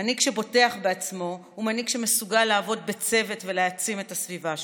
מנהיג שבוטח בעצמו הוא מנהיג שמסוגל לעבוד בצוות ולהעצים את הסביבה שלו.